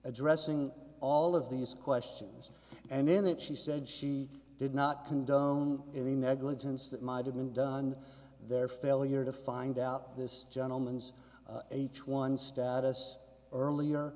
addressing all of these questions and in it she said she did not condone any negligence that might have been done their failure to find out this gentleman's h one status earlier